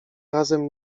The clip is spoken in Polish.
razem